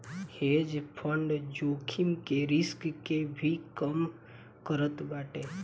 hedge fund जोखिम के risk के भी कम करत बाटे